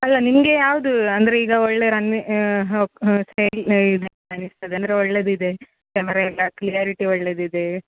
ಅಲ್ಲ ನಿಮಗೆ ಯಾವುದು ಅಂದ್ರೆ ಈಗ ಒಳ್ಳೆಯ ರನ್ ಹಾಂ ಹಾಂ ಸೇಲ್ ಇದೆ ಅನಿಸ್ತದೆ ಅಂದ್ರೆ ಒಳ್ಳೇದು ಇದೆ ಕ್ಯಾಮರ ಎಲ್ಲ ಕ್ಲಿಯರಿಟಿ ಒಳ್ಳೇದು ಇದೆ